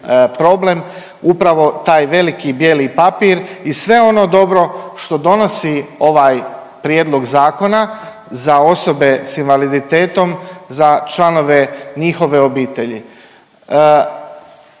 upravo taj veliki bijeli papir i sve ono dobro što donosi ovaj prijedlog zakona za osobe s invaliditetom za članove njihove obitelji.